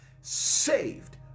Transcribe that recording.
Saved